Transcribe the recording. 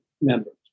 members